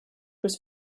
was